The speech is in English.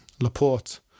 Laporte